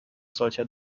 solcher